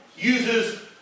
uses